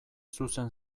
zuzen